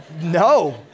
no